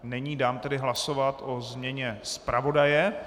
Není, dám tedy hlasovat o změně zpravodaje.